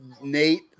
Nate